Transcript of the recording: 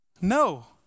no